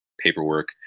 paperwork